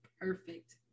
perfect